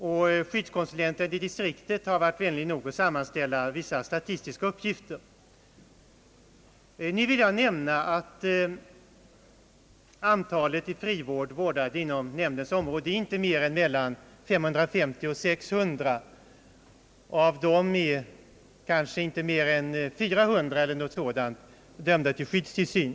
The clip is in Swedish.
En skyddskonsulent i distriktet har varit vänlig nog att sammanställa vissa statistiska uppgifter, som belyser frågan. Inom nämndens område är det inte mer än mellan 550 och 600 som är föremål för frivård, och av dem är inte mer än ungefär 400 dömda till skyddstillsyn.